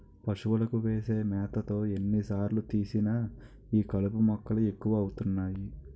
పశువులకు వేసే మేతలో ఎన్ని సార్లు తీసినా ఈ కలుపు మొక్కలు ఎక్కువ అవుతున్నాయి